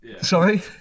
Sorry